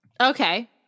Okay